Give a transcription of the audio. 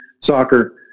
soccer